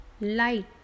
light